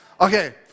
Okay